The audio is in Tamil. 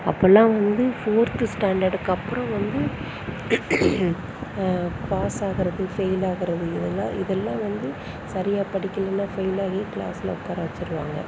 அப்போலாம் வந்து ஃபோர்த் ஸ்டாண்டர்டுக்கப்றோம் வந்து பாஸ் ஆகிறது ஃபெயில் ஆகிறது இதெலாம் இதெல்லாம் வந்து சரியாக படிக்கலனா ஃபெயில் ஆகி கிளாஸில் உட்கார வச்சிருவாங்க